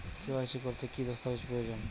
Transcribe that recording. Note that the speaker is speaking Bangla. কে.ওয়াই.সি করতে কি দস্তাবেজ প্রয়োজন?